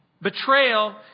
Betrayal